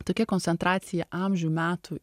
tokia koncentracija amžių metų